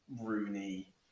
Rooney